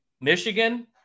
Michigan